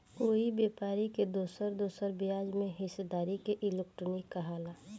कोई व्यापारी के दोसर दोसर ब्याज में हिस्सेदारी के इक्विटी कहाला